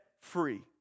free